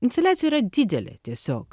instaliacija yra didelė tiesiog